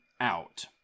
out